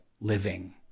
living